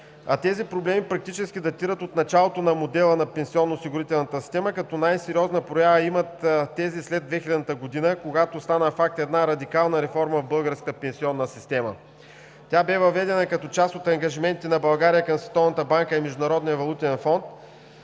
тези проблеми практически датират от началото на модела на пенсионноосигурителната система, като най-сериозна проява имат тези след 2000 г., когато стана факт една радикална реформа в българската пенсионна система. Тя бе въведена като част от ангажиментите на България към Световната